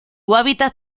hábitat